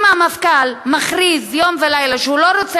אם המפכ"ל מכריז יום ולילה שהוא לא רוצה